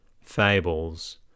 fables